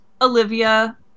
Olivia